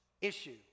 issue